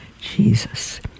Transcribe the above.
Jesus